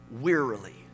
wearily